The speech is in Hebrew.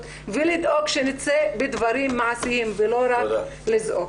ולדאוג שנצא בדברים מעשיים ולא רק לזעוק.